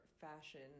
fashion